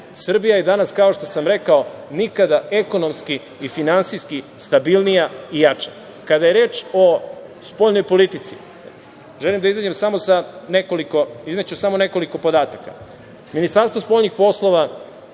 Srbija je danas, kao što sam rekao, nikada ekonomski i finansijski stabilnija i jača. Kada je reč o spoljnoj politici, izneću samo nekoliko podataka.